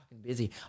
busy